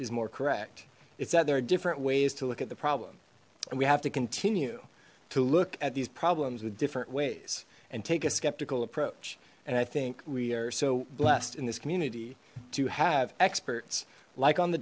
is more correct it's that there are different ways to look at the problem and we have to continue to look at these problems with different ways and take a skeptical approach and i think we are so blessed in this community to have experts like on the